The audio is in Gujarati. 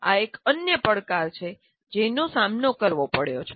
આ એક અન્ય પડકાર છે જેનો સામનો કરવો પડ્યો છે